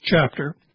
chapter